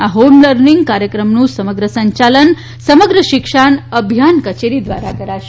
આ હોમલર્નિંગ કાર્યક્રમનું સમગ્ર સંચાલન સમગ્ર શિક્ષા અભિયાન કચેરી દ્વારા કરાશે